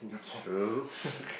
true